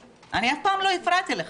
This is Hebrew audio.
אני אף פעם לא הפרעתי לך.